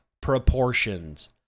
proportions